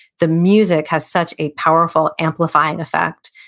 the music has such a powerful amplifying effect.